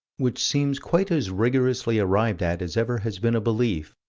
which seems quite as rigorously arrived at as ever has been a belief,